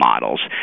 models